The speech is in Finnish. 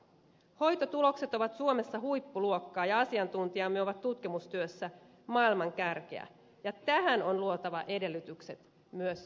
hoitotulokset ovat suomessa huippuluokkaa ja asiantuntijamme ovat tutkimustyössä maailman kärkeä ja tähän on luotava edellytykset myös jatkossa